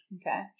Okay